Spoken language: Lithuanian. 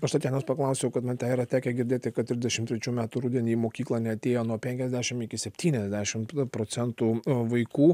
aš tatjanos paklausiau kad man yra tekę girdėti kad trisdešim trečių metų rudenį į mokyklą neatėjo nuo penkiasdešim iki septyniasdešim procentų vaikų